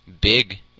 big